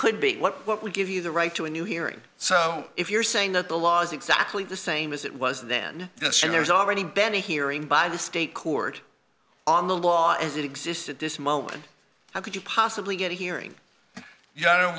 could be what would give you the right to a new hearing so if you're saying that the law is exactly the same as it was then this should there's already been a hearing by the state court on the law as it exists at this moment how could you possibly get a hearing you